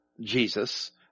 Jesus